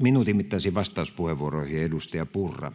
Minuutin mittaisiin vastauspuheenvuoroihin. — Edustaja Purra.